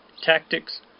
tactics